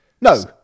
No